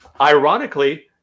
ironically